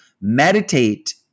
meditate